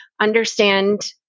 understand